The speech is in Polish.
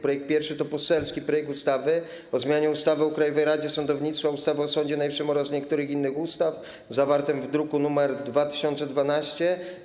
Pierwszy projekt to poselski projekt ustawy o zmianie ustawy o Krajowej Radzie Sądownictwa, ustawy o Sądzie Najwyższym oraz niektórych innych ustaw, zawarty w druku nr 2012.